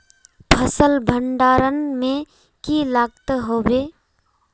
फसल भण्डारण में की लगत होबे?